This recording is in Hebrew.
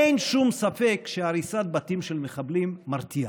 אין שום ספק שהריסת בתים של מחבלים מרתיעה,